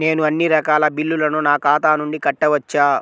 నేను అన్నీ రకాల బిల్లులను నా ఖాతా నుండి కట్టవచ్చా?